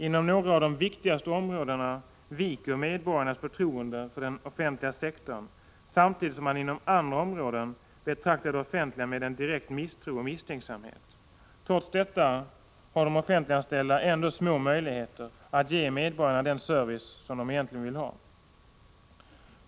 Inom några av de viktigaste områdena viker medborgarnas förtroende för den offentliga sektorn, samtidigt som man inom andra områden betraktar det offentliga med en direkt misstro och misstänksamhet. Trots detta har de offentliganställda små möjligheter att ge medborgarna den service de egentligen vill ha.